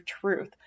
truth